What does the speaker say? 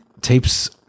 tapes